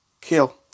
kill